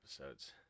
episodes